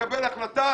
לקבל החלטה